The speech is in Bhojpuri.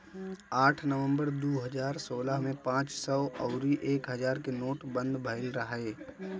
आठ नवंबर दू हजार सोलह में पांच सौ अउरी एक हजार के नोटबंदी भईल रहे